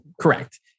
Correct